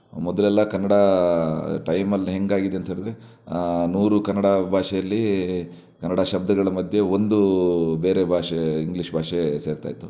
ಮೊದಲೆಲ್ಲ ಕನ್ನಡ ಟೈಮಲ್ಲಿ ಹೇಗಾಗಿದೆ ಅಂತ ಹೇಳಿದ್ರೆ ನೂರು ಕನ್ನಡ ಭಾಷೆಯಲ್ಲಿ ಕನ್ನಡ ಶಬ್ದಗಳ ಮಧ್ಯೆ ಒಂದು ಬೇರೆ ಭಾಷೆ ಇಂಗ್ಲಿಷ್ ಭಾಷೆ ಸೇರ್ತಾ ಇತ್ತು